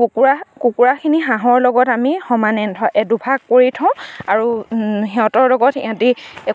কুকুৰা কুকুৰাখিনি হাঁহৰ লগত আমি সমান দুভাগ কৰি থওঁ আৰু সিহঁতৰ লগত সিহঁতি